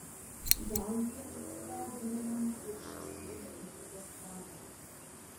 gal jie atsivedę heleną ir ši sėdi ant upės kranto